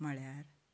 म्हणल्यार